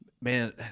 Man